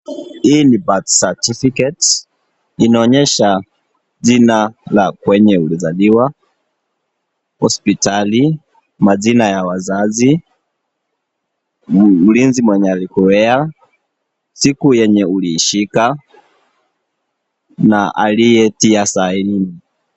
Hii ni birth certificate . Inaonyesha jina la kwenye ulizaliwa, hospitali, majina ya wazazi, mlinzi mwenye alikulea, siku yenye uliishika na aliyetia saini.